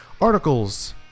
articles